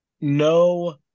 no